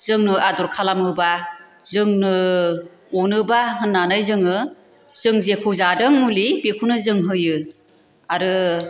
जोंनो आदर खालामोबा जोंनो अनोबा होन्नानै जोङो जों जेखौ जादों मुलि बेखौनो जों होयो आरो